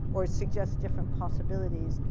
or it suggests different possibilities.